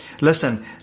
listen